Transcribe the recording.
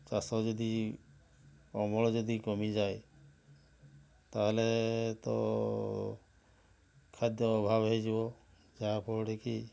ଚାଷ ଯଦି ଅମଳ ଯଦି କମିଯାଏ ତା' ହେଲେ ତ ଖାଦ୍ୟ ଅଭାବ ହୋଇଯିବ ଯାହା ଫଳରେ କି